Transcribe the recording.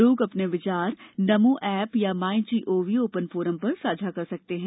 लोग अपने विचार नमो एप या माई गोव ओपन फोरम पर साझा कर सकते हैं